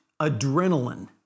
adrenaline